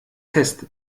test